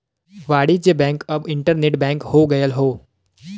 वाणिज्य बैंक अब internet bank हो गयल हौ